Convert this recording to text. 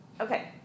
Okay